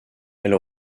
elle